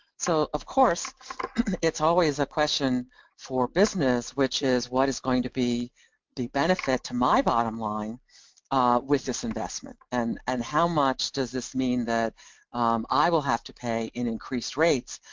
so of course it's always a question for business, which is what is going to be the benefit to my bottom line with this investment, and and how much does this mean that i will have to pay in increased rates,